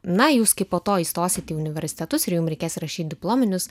na jūs kaip po to įstosit į universitetus ir jums reikės rašyt diplominius